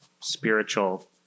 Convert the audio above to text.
spiritual